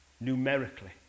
numerically